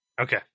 Okay